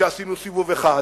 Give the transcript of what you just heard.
כשעשינו סיבוב אחד